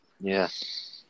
Yes